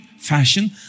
fashion